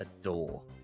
adore